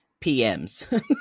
PMs